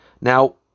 Now